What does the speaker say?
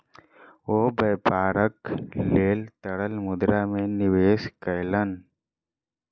ओ व्यापारक लेल तरल मुद्रा में निवेश कयलैन